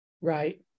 Right